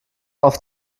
auf